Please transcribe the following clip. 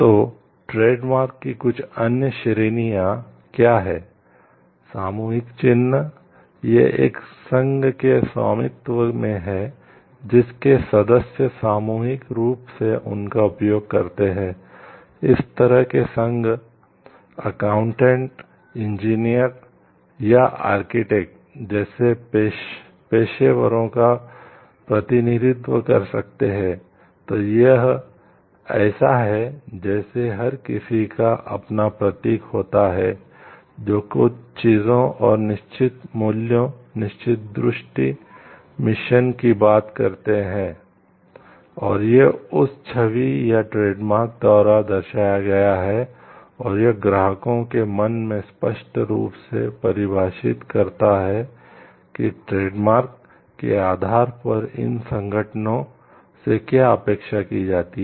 तो ट्रेडमार्क के आधार पर इन संगठनों से क्या अपेक्षा की जाती है